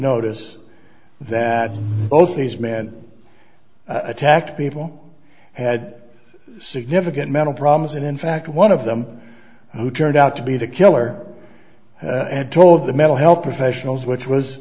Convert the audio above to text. notice that both these men attacked people had significant mental problems and in fact one of them who turned out to be the killer and told the mental health professionals which